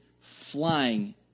flying